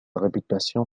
réputation